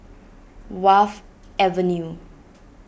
Wharf Avenue